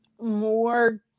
more